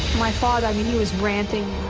my father, i mean, he was ranting.